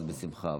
אז בשמחה,